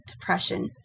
depression